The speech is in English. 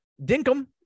Dinkum